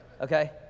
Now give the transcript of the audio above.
okay